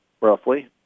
roughly